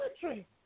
country